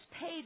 paid